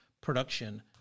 production